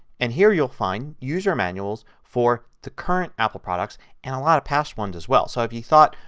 and here you will find the user manuals for the current apple products and a lot of past ones as well. so if you thought,